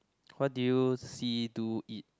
what do you see do eat